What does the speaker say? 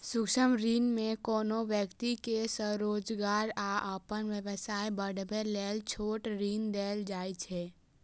सूक्ष्म ऋण मे कोनो व्यक्ति कें स्वरोजगार या अपन व्यवसाय बढ़ाबै लेल छोट ऋण देल जाइ छै